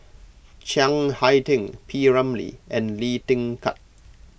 Chiang Hai Ding P Ramlee and Lee Kin Tat